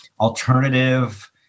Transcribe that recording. Alternative